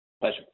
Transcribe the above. Pleasure